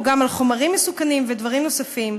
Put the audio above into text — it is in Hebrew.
הוא גם על חומרים מסוכנים ודברים נוספים.